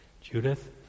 Judith